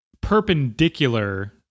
perpendicular